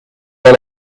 pas